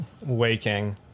waking